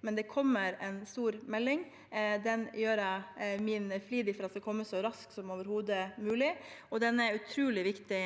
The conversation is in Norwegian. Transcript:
men det kommer en stor melding. Den gjør jeg meg flid med, og den skal komme så raskt som overhodet mulig, og den er utrolig viktig